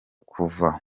kuva